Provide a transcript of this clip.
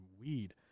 weed